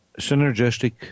synergistic